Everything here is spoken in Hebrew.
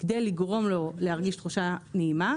כדי לגרום לו להרגיש תחושה נעימה,